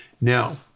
now